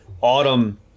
autumn